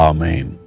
Amen